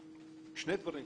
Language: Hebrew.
יש צורך בשני דברים: